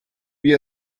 wir